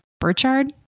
Burchard